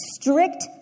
strict